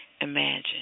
Imagine